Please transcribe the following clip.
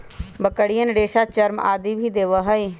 बकरियन रेशा, चर्म आदि भी देवा हई